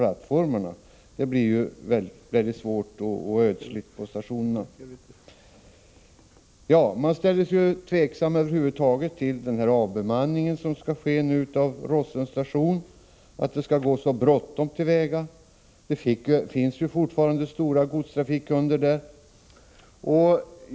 Det innebär ju stora svårigheter, och det blir ödsligt på stationerna. Över huvud taget är man tveksam när det gäller den avbemanning av Rossöns station som skall ske. Man undrar varför det måste vara så bråttom. Det finns ju fortfarande stora godstrafikkunder på den här banan.